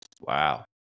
Wow